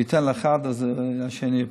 וייתן לאחד, השני ייפול.